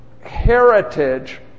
heritage